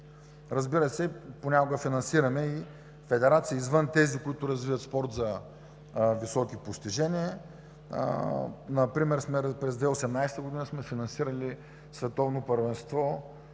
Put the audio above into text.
Разбира се, понякога финансираме и федерации извън тези, които развиват спортове за високи постижения. Например през 2018 г. сме финансирали Световно първенство